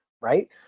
right